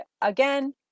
again